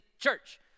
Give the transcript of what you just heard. church